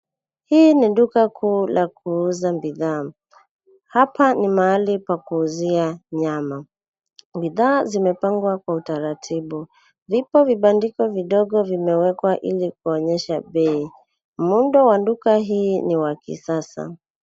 Hii ni duka kuu la kuuza bidhaa. Hapa ni mahali pa kuuzia nyama. Bidhaa zimepangwa kwa utaratibu. Vipo vibandiko vidogo vimewekwa ili kuonyesha bei. Muundo wa duka hii ni wa kisasa.